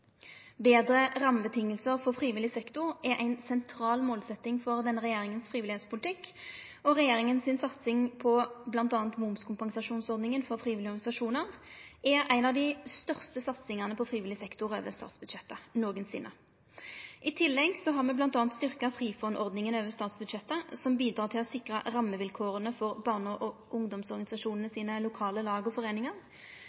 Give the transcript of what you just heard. Betre rammevilkår for frivillig sektor er ei sentral målsetjing for denne regjeringas frivilligheitspolitikk. Regjeringa si satsing på bl.a. momskompensasjonsordninga for frivillige organisasjonar er ei av dei største satsingane på frivillig sektor over statsbudsjettet nokosinne. I tillegg har me bl.a. styrkt Frifond-ordninga over statsbudsjettet, noko som bidreg til å sikre rammevilkåra for barne- og ungdomsorganisasjonane sine lokale lag og